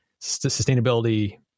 sustainability